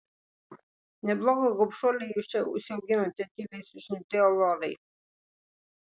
neblogą gobšuolę jūs čia užsiauginote tyliai sušnibždėjo lorai